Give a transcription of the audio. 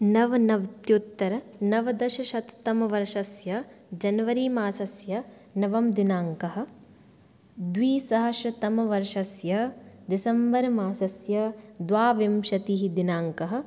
नव नवत्युत्तर नवदशशततम वर्षस्य जनवरी मासस्य नवम दिनाङ्कः द्विसहस्रतमवर्षस्य डिसम्बर् मासस्य द्वाविंशतिः दिनाङ्कः